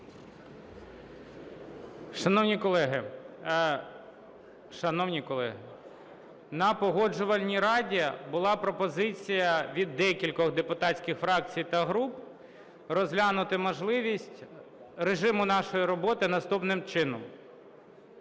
Шановні колеги, на Погоджувальній раді була пропозиція від декількох депутатських фракцій та груп розглянути можливість режиму нашої роботи наступним чином.